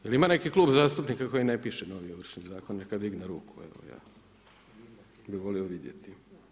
Jel ima neki klub zastupnika koji ne piše novi Ovršni zakon neka digne ruku, ja bi volio vidjeti.